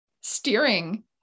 steering